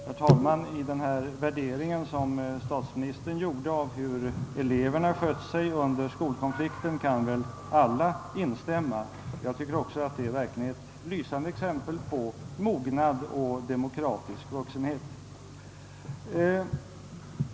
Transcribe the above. Herr talman! I den värdering som statsministern gjorde av hur eleverna skött sig under skolkonflikten kan väl alla instämma. Också jag tycker att de visat ett lysande exempel på mognad och demokratisk vuxenhet.